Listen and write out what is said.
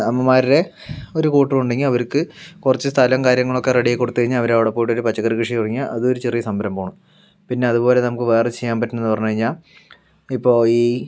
അമ്മമാരുടെ ഒരു കൂട്ടം ഉണ്ടെങ്കിൽ അവർക്ക് കുറച്ചു സ്ഥലം കാര്യങ്ങളൊക്കെ റെഡിയാക്കി കൊടുത്തു കഴിഞ്ഞാൽ അവര് അവിടെ പോയിട്ടൊരു പച്ചക്കറി കൃഷി തുടങ്ങിയാൽ അത് ഒരു ചെറിയ സംരംഭം ആണ് പിന്നെ അതുപോലെ നമുക്ക് വേറെ ചെയ്യാൻ പറ്റുന്നത് എന്ന് പറഞ്ഞു കഴിഞ്ഞാൽ ഇപ്പോൾ ഈ